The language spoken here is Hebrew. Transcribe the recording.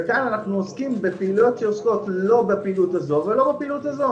וכאן אנחנו עוסקים בפעילויות שעוסקות לא בפעילות הזו ולא בפעילות הזו.